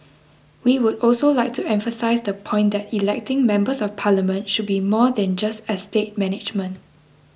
we would also like to emphasise the point that electing Members of Parliament should be more than just estate management